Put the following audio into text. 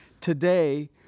Today